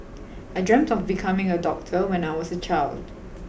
I dreamt of becoming a doctor when I was a child